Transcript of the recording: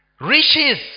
riches